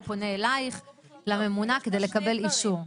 הוא פונה אלייך לממונה כדי לקבל אישור.